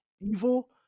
evil